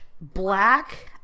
black